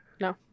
No